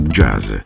jazz